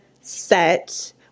set